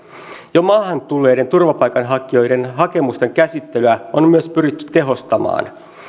jo maahan tulleiden turvapaikanhakijoiden hakemusten käsittelyä on myös pyritty tehostamaan